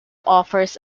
offers